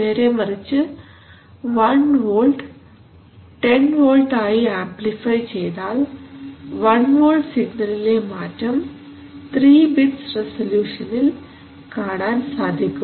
നേരെമറിച്ച് 1 volt 10 volt ആയി amplify ചെയ്താൽ 1 വോൾട്ട് സിഗ്നലിലെ മാറ്റം 3 ബിറ്റ്സ് റെസല്യൂഷനിൽ കാണാൻ സാധിക്കും